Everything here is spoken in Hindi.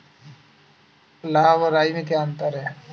लाह व राई में क्या अंतर है?